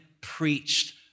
preached